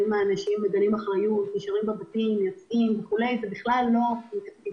האם האנשים מגלים אחריות ונשארים בבתים וכו' כל זה